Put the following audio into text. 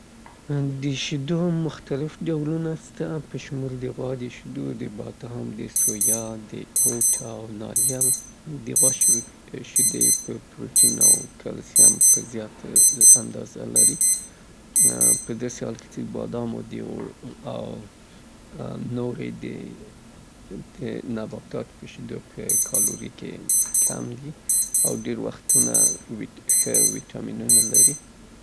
د شیدو مختلف ډولونه لکه د غوا شیدي، د وزې شیدي ، سویا، بادام د اوټ او ناریل شیدي شامل دي. د غوا شیدي په پروټین او کلسیم کې نظر نورو ته بډایه دي پداسې حال کې چه د وزې شیدې ډیر وختې د هضم ، هضم اسانیي، د سویا شیدي لوړ پروټین لرونکي نبات بدیل ده.